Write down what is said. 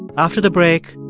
after the break,